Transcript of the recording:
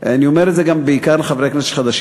אני אומר את זה בעיקר לחברי הכנסת החדשים.